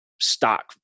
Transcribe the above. stock